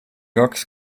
kaks